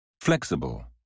Flexible